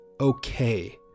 okay